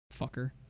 Fucker